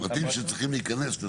הפרטים שצריכים להיכנס.